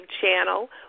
channel